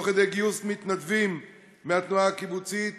תוך כדי גיוס מתנדבים מהתנועה הקיבוצית,